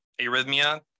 arrhythmia